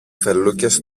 φελούκες